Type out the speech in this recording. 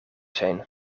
zijn